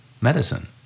medicine